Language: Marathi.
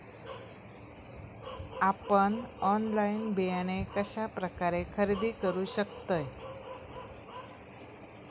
आपन ऑनलाइन बियाणे कश्या प्रकारे खरेदी करू शकतय?